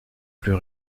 plus